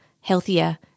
healthier